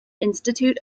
institute